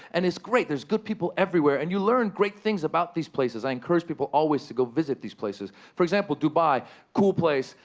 and it's great, there's good people everywhere. and you learn great things about these places. i encourage people always to go visit these places. for example, dubai cool place.